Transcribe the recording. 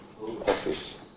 office